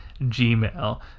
gmail